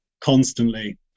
constantly